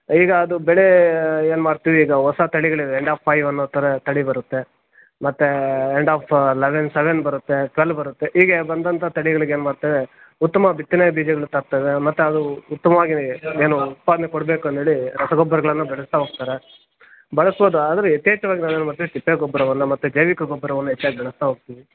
ಈಗ ಅದು ಬೆಳೆ ಏನು ಮಾಡ್ತೀವಿ ಈಗ ಹೊಸ ತಳಿಗಳಿವೆ ಎಂಡ್ ಆಫ್ ಫೈವ್ ಅನ್ನೋ ಥರ ತಳಿ ಬರುತ್ತೆ ಮತ್ತು ಎಂಡ್ ಆಫ್ ಲವೆನ್ ಸವೆನ್ ಬರುತ್ತೆ ಟ್ವೆಲ್ ಬರುತ್ತೆ ಈಗ ಬಂದಂಥ ತಳಿಗಳಿಗೆ ಏನ್ಮಾಡ್ತೇವೆ ಉತ್ತಮ ಬಿತ್ತನೆ ಬೀಜಗಳು ತರ್ತೇವೆ ಮತ್ತು ಅದು ಉತ್ತಮವಾಗಿ ಏನು ಉತ್ಪಾದನೆ ಕೊಡಬೇಕು ಅಂಥೇಳಿ ರಸ ಗೊಬ್ಬರಗಳನ್ನು ಬೆರೆಸ್ತಾ ಹೋಗ್ತಾರೆ ಬಳಸಬೌದು ಆದರೆ ಯಥೇಚ್ಛವಾಗಿ ನಾನು ಹೇಳುವಂತೆ ತಿಪ್ಪೆ ಗೊಬ್ಬರವನ್ನು ಮತ್ತು ಜೈವಿಕ ಗೊಬ್ಬರವನ್ನು ಹೆಚ್ಚಾಗಿ ಬೆರೆಸ್ತಾ ಹೋಗ್ತೀವಿ